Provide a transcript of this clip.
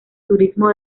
turismo